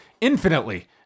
infinitely